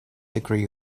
degree